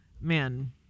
man